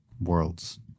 worlds